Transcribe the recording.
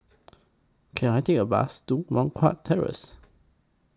Can I Take A Bus to Moh Guan Terrace